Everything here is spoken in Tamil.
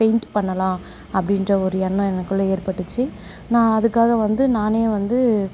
பெயிண்ட் பண்ணலாம் அப்படீன்ற ஒரு எண்ணம் எனக்குள்ளே ஏற்பட்டுச்சு நான் அதுக்காக வந்து நானே வந்து